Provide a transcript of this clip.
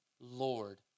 Lord